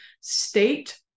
state